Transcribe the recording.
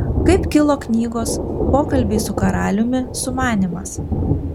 kaip kilo knygos pokalbiai su karaliumi sumanymas